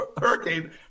hurricane